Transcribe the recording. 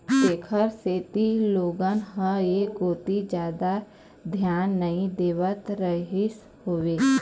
तेखर सेती लोगन ह ऐ कोती जादा धियान नइ देवत रहिस हवय